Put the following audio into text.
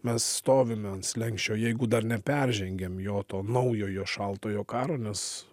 mes stovime ant slenksčio jeigu dar neperžengėm jo to naujojo šaltojo karo nes